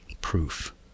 Proof